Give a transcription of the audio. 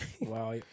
wow